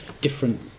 different